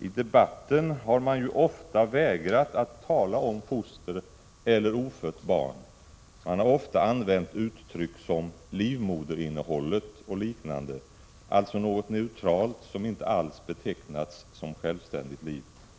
I debatten har man ofta vägrat att tala om fostret eller det ofödda barnet. Man har ofta använt uttryck som livmoderinnehåll och liknande, alltså något neutralt som inte alls betecknas som självständigt liv. Herr talman!